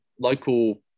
local